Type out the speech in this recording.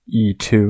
e2